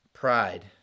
Pride